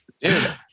dude